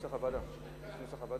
4,